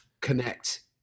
connect